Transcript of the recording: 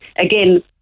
Again